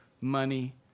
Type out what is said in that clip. money